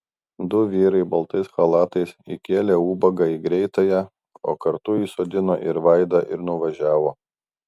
du vyrai baltais chalatais įkėlė ubagą į greitąją o kartu įsodino ir vaidą ir nuvažiavo